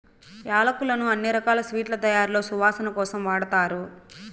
యాలక్కులను అన్ని రకాల స్వీట్ల తయారీలో సువాసన కోసం వాడతారు